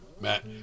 Matt